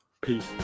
Peace